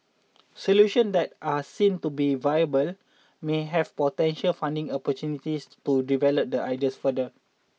solution that are seen to be viable may have potential funding opportunities to develop the ideas further